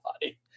body